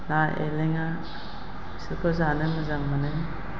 ना एलेंगा बिसोरखौ जानो मोजां मोनो